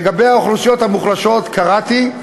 לגבי האוכלוסיות המוחלשות קראתי,